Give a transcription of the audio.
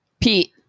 Pete